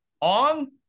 on